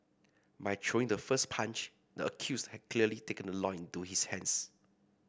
by throwing the first punch the accused had clearly taken the law into his hands